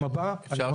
אל הנקז.